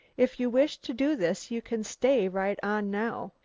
if you wish to do this you can stay right on now,